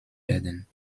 werden